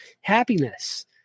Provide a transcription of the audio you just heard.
happiness